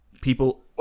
People